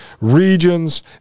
regions